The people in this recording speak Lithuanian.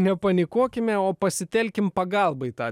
nepanikuokime o pasitelkim pagalbai tą